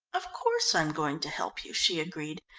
of course i'm going to help you, she agreed.